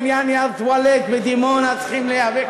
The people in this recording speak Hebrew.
אפילו בעניין נייר טואלט בדימונה צריכים להיאבק על זה.